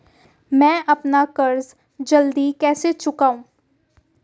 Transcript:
मैं अपना कर्ज जल्दी कैसे चुकाऊं?